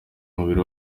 umubiri